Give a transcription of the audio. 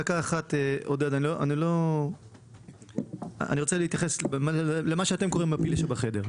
אני רוצה להתייחס דקה אחת למה שאתם קוראים "הפיל שבחדר".